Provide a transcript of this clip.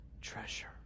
treasure